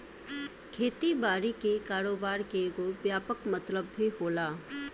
खेती बारी के कारोबार के एगो व्यापक मतलब भी होला